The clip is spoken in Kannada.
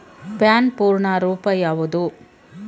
ಪ್ಯಾನ್ ಪೂರ್ಣ ರೂಪ ಯಾವುದು?